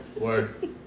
Word